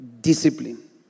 discipline